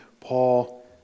Paul